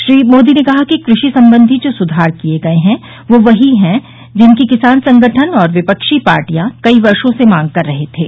श्री मोदी ने कहा कि कृषि सम्बंधी जो सुधार किए गये हैं वह वही है जिनकी किसान संगठन और विपक्षी पार्टियां कई वर्षो से मांग कर रही थीं